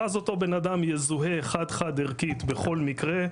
ואז אותו בן אדם יזוהה חד-חד ערכית בכל מקרה,